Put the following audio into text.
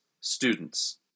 students